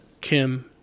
Kim